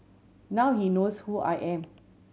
now he knows who I am